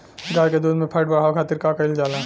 गाय के दूध में फैट बढ़ावे खातिर का कइल जाला?